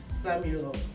Samuel